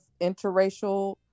interracial